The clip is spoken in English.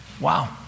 Wow